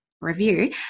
review